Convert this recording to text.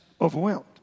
overwhelmed